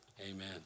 amen